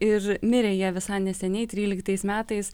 ir mirė jie visai neseniai tryliktais metais